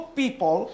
people